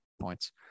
points